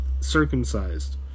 circumcised